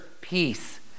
peace